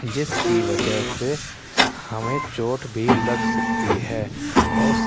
جس کی وجہ سے ہمیں چوٹ بھی لگ سکتی ہے اور اس